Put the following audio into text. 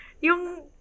yung